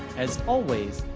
as always,